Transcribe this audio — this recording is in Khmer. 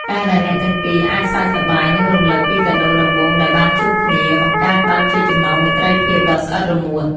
ការដែលអ្នកទាំងពីរអាចសើចសប្បាយ និងរំលឹកពីកាដូដំបូងដែលបានជួបគ្នា បង្កើតបានជាចំណងមេត្រីភាពដ៏ស្អិតរមួត។